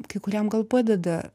kai kuriam gal padeda